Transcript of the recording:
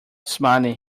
smiling